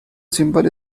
symbol